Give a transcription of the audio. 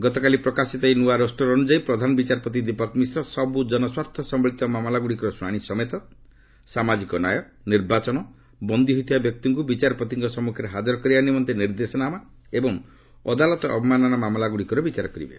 ଗତକାଲି ପ୍ରକାଶିତ ଏହି ନୂଆ ରୋଷ୍ଟର ଅନୁଯାୟୀ ପ୍ରଧାନ ବିଚାରପତି ଦୀପକ୍ ମିଶ୍ର ସବୁ କନସ୍ୱାର୍ଥ ସମ୍ଭଳିତ ମାମଲାଗୁଡ଼ିକର ଶୁଣାଣି ସମେତ ସାମାଜିକ ନ୍ୟାୟ ନିର୍ବାଚନ ବନ୍ଦୀ ହୋଇଥିବା ବ୍ୟକ୍ତିଙ୍କୁ ବିଚାରପତିଙ୍କ ସମ୍ମୁଖରେ ହାଜର କରାଇବା ନିମନ୍ତେ ନିର୍ଦ୍ଦେଶନାମା ଏବଂ ଅଦାଲତା ଅବମାନନା ମାମଲାଗୁଡ଼ିକର ବିଚାର କରିବେ